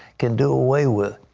can do away with.